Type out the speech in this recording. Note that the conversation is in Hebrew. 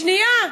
שנייה.